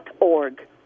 org